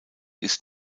ist